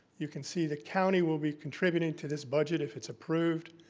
you can see the county will be contributing to this budget if it's approved,